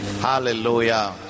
Hallelujah